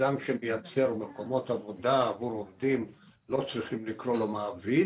אדם שמייצר מקומות עבודה עבור עובדים - לא צריכים לקרוא לו מעביד.